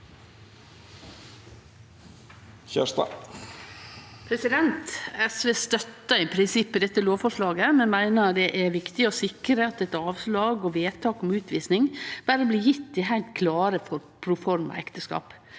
SV støttar i prinsippet dette lovforslaget, men meiner det er viktig å sikre at eit avslag og vedtak om utvising berre blir gjeve i heilt klare saker om proformaekteskap.